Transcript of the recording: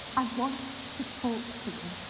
i want to talk to them.